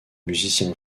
musiciens